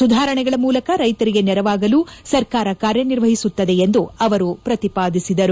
ಸುಧಾರಣೆಗಳ ಮೂಲಕ ರೈತರಿಗೆ ನೆರವಾಗಲು ಸರ್ಕಾರ ಕಾರ್ಯನಿರ್ವಹಿಸುತ್ತದೆ ಎಂದು ಅವರು ಪ್ರತಿಪಾದಿಸಿದರು